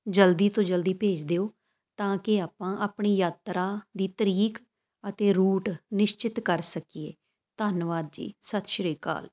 ਜਲਦੀ ਤੋਂ ਜਲਦੀ ਭੇਜ ਦਿਓ ਤਾਂ ਕਿ ਆਪਾਂ ਆਪਣੀ ਯਾਤਰਾ ਦੀ ਤਰੀਕ ਅਤੇ ਰੂਟ ਨਿਸ਼ਚਿਤ ਕਰ ਸਕੀਏ ਧੰਨਵਾਦ ਜੀ ਸਤਿ ਸ਼੍ਰੀ ਅਕਾਲ